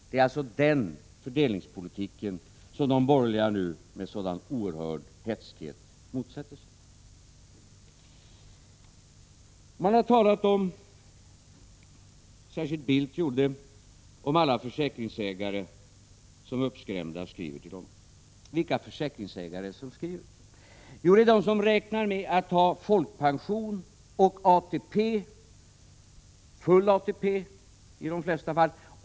Det är alltså den fördelningspolitiken som de borgerliga nu med sådan oerhörd hätskhet motsätter sig. Det har talats om försäkringstagare som uppskrämda skriver till dem — särskilt Bildt gjorde det. Men vilka försäkringsägare är det som skriver? Jo, det är de som räknar med att ha både folkpension och ATP, i de flesta fall full ATP.